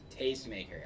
tastemaker